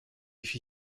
чьи